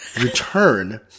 return